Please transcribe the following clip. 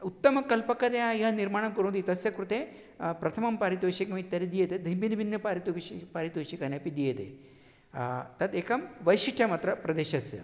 उत्तमकल्पतया यः निर्माणं कुर्वन्ति तस्य कृते प्रथमं पारितोषिकम् इत्यादि दीयते दि भिन्नभिन्न पारितोषिकं पारितोषिकानि अपि दीयते तदेकं वैशिष्ट्यम् अत्र प्रदेशस्य